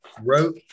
wrote